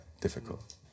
difficult